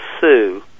sue